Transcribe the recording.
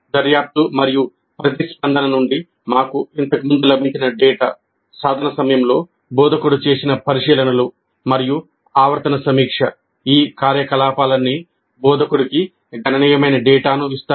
దర్యాప్తు మరియు ప్రతిస్పందన నుండి మాకు ఇంతకు ముందు లభించిన డేటా సాధన సమయంలో బోధకుడు చేసిన పరిశీలనలు మరియు ఆవర్తన సమీక్ష ఈ కార్యకలాపాలన్నీ బోధకుడికి గణనీయమైన డేటాను ఇస్తాయి